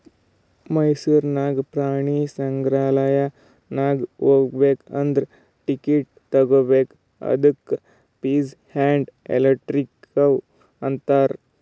ಮೈಸೂರ್ ನಾಗ್ ನಾವು ಪ್ರಾಣಿ ಸಂಗ್ರಾಲಯ್ ನಾಗ್ ಹೋಗ್ಬೇಕ್ ಅಂದುರ್ ಟಿಕೆಟ್ ತಗೋಬೇಕ್ ಅದ್ದುಕ ಫೀಸ್ ಆ್ಯಂಡ್ ಎಫೆಕ್ಟಿವ್ ಅಂತಾರ್